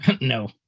No